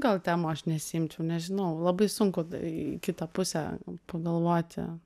gal temų aš nesiimčiau nežinau labai sunku į kitą pusę pagalvoti